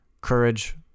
Courage